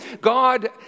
God